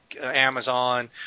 Amazon